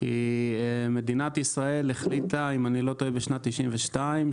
כי מדינת ישראל החליטה בשנת 1992,